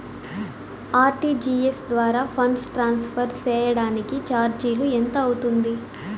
RTGS ద్వారా funds transfer సేయడానికి చార్జీలు ఎంత అవుతుంది